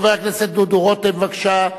חבר הכנסת דודו רותם, בבקשה.